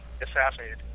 assassinated